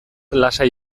lasai